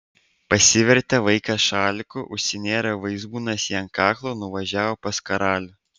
pasivertė vaikas šaliku užsinėrė vaizbūnas jį ant kaklo nuvažiavo pas karalių